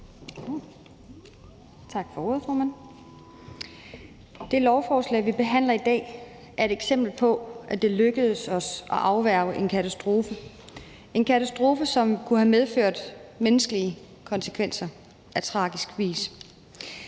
Det lovforslag, vi behandler i dag, er et eksempel på, at det lykkedes os at afværge en katastrofe, en katastrofe, som kunne have medført menneskelige konsekvenser på tragisk vis.